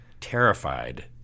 terrified